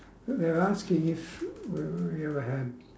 they're asking if we ever had